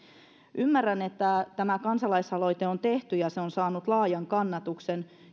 ymmärrän että tämä kansalaisaloite on tehty ja se on saanut laajan kannatuksen